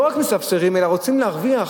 לא רק מספסרים אלא רוצים להרוויח?